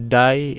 die